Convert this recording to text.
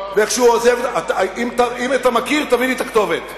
משמעות הדבר היא כי כ-12 מיליון מטר מעוקב משופכי ההתנחלויות מטופלים,